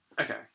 Okay